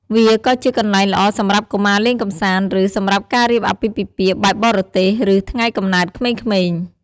វាក៏ជាកន្លែងល្អសម្រាប់កុមារលេងកម្សាន្ត ឬ សម្រាប់ការរៀបអាពាហ៍ពិពាហ៍បែបបរទេស ឬ ថ្ងៃកំណើតក្មេងៗ។